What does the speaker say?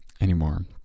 anymore